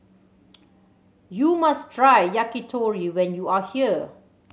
you must try Yakitori when you are here